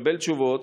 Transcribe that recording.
לקבל תשובות